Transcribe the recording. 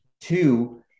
Two